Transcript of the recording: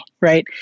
Right